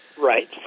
Right